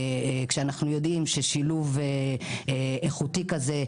זה כשאנחנו יודעים ששילוב איכותי כזה,